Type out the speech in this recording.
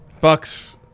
Bucks